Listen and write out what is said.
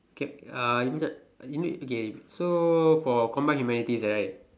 okay uh you means what you know uh okay so for combined humanities right